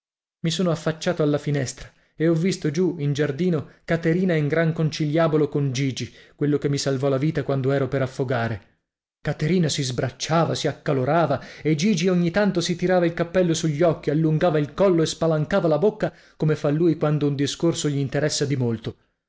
i sono affacciato alla finestra e ho visto giù in giardino caterina in gran conciliabolo con gigi quello che mi salvò la vita quando ero per affogare caterina si sbracciava si accalorava e gigi ogni tanto si tirava il cappello sugli occhi allungava il collo e spalancava la bocca come fa lui quando un discorso gli interessa di molto